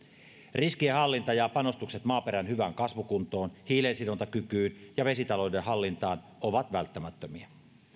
riskienhallinta ja panostukset maaperän hyvään kasvukuntoon hiilensidontakykyyn ja vesitalouden hallintaan ovat välttämättömiä